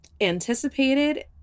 anticipated